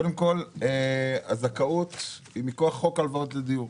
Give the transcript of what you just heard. קודם כל, הזכאות היא מכוח חוק הלוואות לדיור.